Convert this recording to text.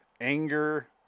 anger